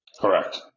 Correct